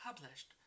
published